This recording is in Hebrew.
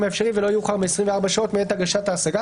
האפשרי ולא יאוחר מ-24 שעות מעת הגשת ההשגה,